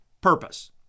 purpose